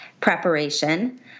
preparation